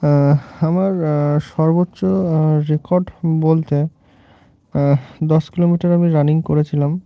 আমার সর্বোচ্চ রেকর্ড বলতে দশ কিলোমিটার আমি রানিং করেছিলাম